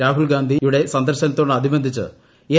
രാഹുൽ ഗാന്ധിയുടെ സന്ദർശനത്തോടനുബന്ധിച്ച് എൻ